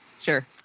Sure